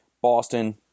Boston